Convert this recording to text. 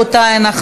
חייב גם